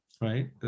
right